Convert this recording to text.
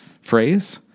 phrase